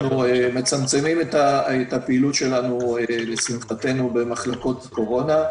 אנחנו מצמצמים את הפעילות שלנו לשמחתנו במחלקות הקורונה.